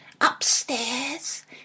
upstairs